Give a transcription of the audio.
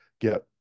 get